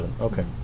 okay